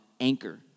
anchor